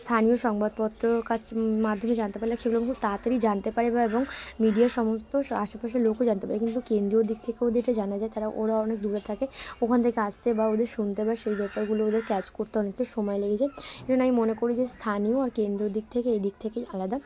স্থানীয় সংবাদপত্রর কাছ মাধ্যমে জানতে পারলে সেগুলো খুব তাড়াতাড়ি জানতে পারে বা এবং মিডিয়ার সমস্ত আশেপাশের লোকও জানতে পারে কিন্তু কেন্দ্রীয় দিক থেকে ওদের এটা জানা যায় তারা ওরা অনেক দূরে থাকে ওখান থেকে আসতে বা ওদের শুনতে বা সেই ব্যাপারগুলো ওদের ক্যাচ করতে অনেকটা সময় লেগে যায় সে জন্য আমি মনে করি যে স্থানীয় আর কেন্দ্রীয় দিক থেকে এই দিক থেকেই আলাদা